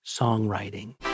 songwriting